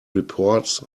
reports